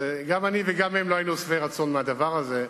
גם אני וגם הם לא היינו שבעי רצון מהדבר הזה,